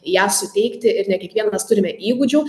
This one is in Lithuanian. ją suteikti ir ne kiekvienas turime įgūdžių